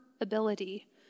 ability